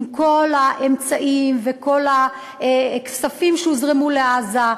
עם כל האמצעים וכל הכספים שהוזרמו לעזה,